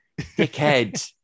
dickhead